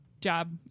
job